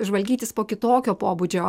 žvalgytis po kitokio pobūdžio